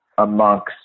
amongst